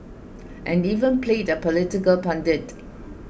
and even played a political pundit